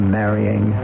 marrying